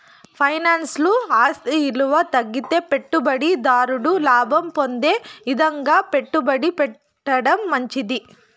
ఫైనాన్స్ల ఆస్తి ఇలువ తగ్గితే పెట్టుబడి దారుడు లాభం పొందే ఇదంగా పెట్టుబడి పెట్టడం మంచిది